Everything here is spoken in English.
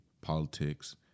politics